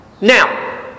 Now